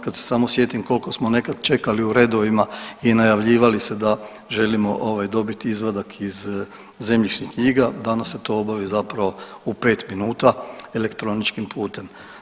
Kad se samo sjetim koliko smo nekad čekali u redovima i najavljivali se da želimo dobiti izvadak iz zemljišnih knjiga, danas se to obavi zapravo u pet minuta elektroničkim putem.